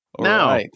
Now